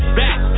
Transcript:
back